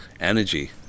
energy